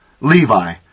Levi